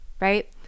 right